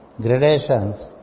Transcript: gradations